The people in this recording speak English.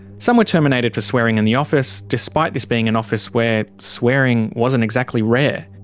some were terminated for swearing in the office, despite this being an office where swearing wasn't exactly rare.